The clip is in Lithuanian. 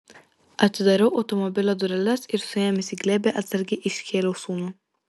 atidariau automobilio dureles ir suėmęs į glėbį atsargiai iškėliau sūnų